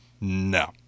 No